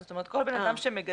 זאת אומרת כל אדם שמגדל,